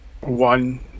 one